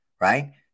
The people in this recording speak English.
right